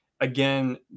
again